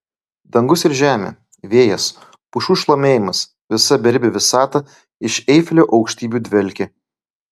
dangus ir žemė vėjas pušų šlamėjimas visa beribė visata iš eifelio aukštybių dvelkė